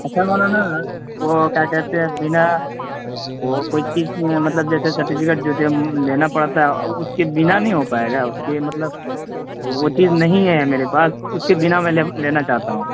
اچھا مولانا وہ کیا کہتے ہیں بنا وہ کوئی چیز مطلب جیسے سرٹیفکٹ جو کہ ہم لینا پڑتا ہے اور اس کے بنا نہیں ہو پائے گا اس کے مطلب وہ چیز نہیں ہے میرے پاس اس کے بنا میں لینا چاہتا ہوں